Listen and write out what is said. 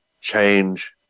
change